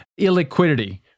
illiquidity